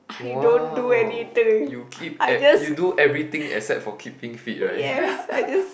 !wow! you keep at you do everything except for keeping fit right